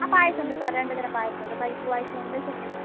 ആ പായസം ഉണ്ട് സാർ രണ്ടുതരം പായസം ഉണ്ട് പരിപ്പ് പായസവും ഉണ്ട് സേമിയ പായസവും